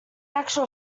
actual